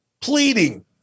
pleading